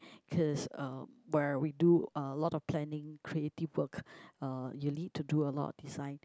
cause um where we do a lot of planning creative work uh you need to do a lot of design